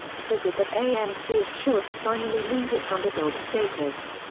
so good that amc is sure to finally lose its underdog status.